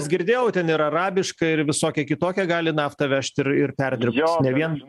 girdėjau ten ir arabišką ir visokią kitokią gali naftą vežti ir ir perdirbt ne vien